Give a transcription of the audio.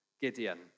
Gideon